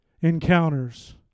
encounters